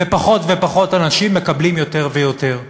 ופחות ופחות אנשים מקבלים יותר ויותר.